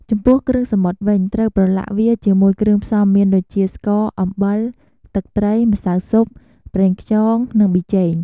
ចំពោះគ្រឿងសមុទ្រវិញ ត្រូវប្រឡាក់វាជាមួយគ្រឿងផ្សំមានដូចជា ស្ករ អំបិល ទឹកត្រី ម្សៅស៊ុប ប្រេងខ្យង និងប៊ីចេង ។